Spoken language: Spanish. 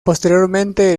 posteriormente